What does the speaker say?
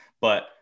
But-